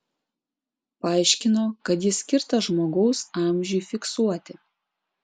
paaiškino kad jis skirtas žmogaus amžiui fiksuoti